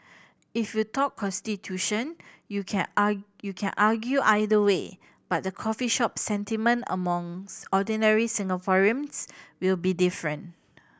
if you talk constitution you can you can argue either way but the coffee shop sentiment among ordinary Singaporeans will be different